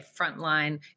frontline